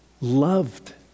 loved